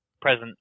present